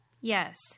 yes